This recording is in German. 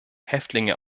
häftlinge